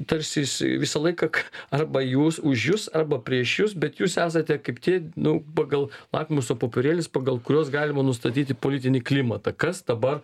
tarsi jis visą laiką k arba jūs už jus arba prieš jus bet jūs esate kaip tie nu pagal lakmuso popierėlis pagal kuriuos galima nustatyti politinį klimatą kas dabar